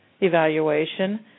evaluation